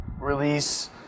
release